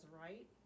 right